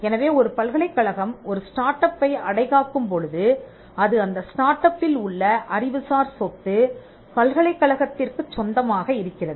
எனவே ஒரு பல்கலைக்கழகம் ஒரு ஸ்டார்ட் அப்பை அடைகாக்கும் பொழுது அது அந்த ஸ்டார்ட் அப் பில் உள்ள அறிவுசார் சொத்து பல்கலைக் கழகத்திற்குச் சொந்தமாக இருக்கிறது